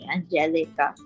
Angelica